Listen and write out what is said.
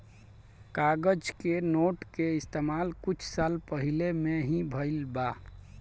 कागज के नोट के इस्तमाल कुछ साल पहिले में ही भईल बा